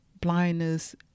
blindness